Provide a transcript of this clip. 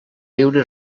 viure